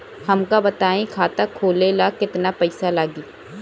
हमका बताई खाता खोले ला केतना पईसा लागी?